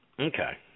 Okay